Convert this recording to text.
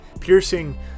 piercing